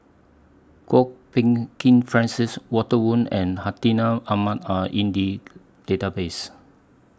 Kwok Peng Kin Francis Walter Woon and Hartinah Ahmad Are in The Database